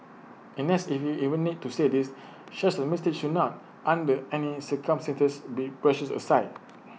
and as if we even need to say this such A mistake should not under any circumstances be brushed aside